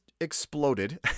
exploded